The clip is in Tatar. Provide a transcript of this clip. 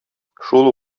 шул